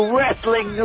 Wrestling